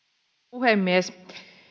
puhemies